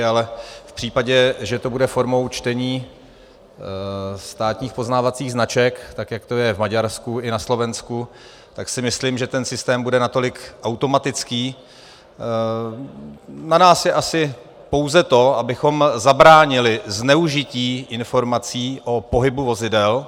Ale v případě, že to bude formou čtení státních poznávacích značek, tak jak to je v Maďarsku i na Slovensku, tak si myslím, že ten systém bude natolik automatický na nás je asi pouze to, abychom zabránili zneužití informací o pohybu vozidel.